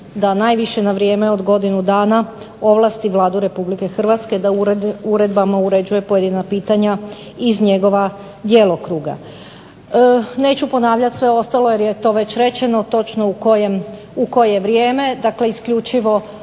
da najviše na vrijeme od godinu dana ovlasti Vladu Republike Hrvatske da uredbama uređuje pojedina pitanja iz njegova djelokruga. Neću ponavljati sve ostalo jer je to već rečeno točno u koje vrijeme. Dakle, isključivo